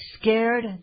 scared